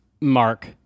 Mark